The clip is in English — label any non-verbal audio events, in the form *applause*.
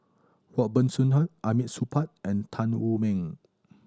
Robert Soon *unintelligible* Hamid Supaat and Tan Wu Meng